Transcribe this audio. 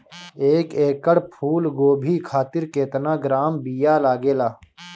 एक एकड़ फूल गोभी खातिर केतना ग्राम बीया लागेला?